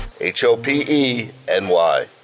H-O-P-E-N-Y